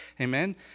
Amen